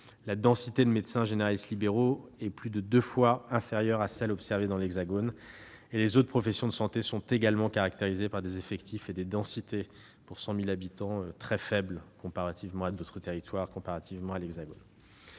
La densité de médecins généralistes libéraux est en Guyane plus de deux fois inférieure à celle observée dans l'Hexagone, et les autres professions de santé sont également caractérisées par des effectifs et des densités pour 100 000 habitants très faibles relativement à d'autres territoires, et de manière générale à l'Hexagone.